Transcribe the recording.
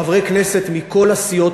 חברי כנסת מכל הסיעות,